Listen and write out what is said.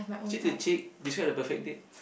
cheek to cheek describe the perfect date